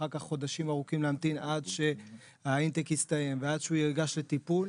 ואחר כך חודשים ארוכים להמתין עד שהאינטייק יסתיים ועד שהוא ייגש לטיפול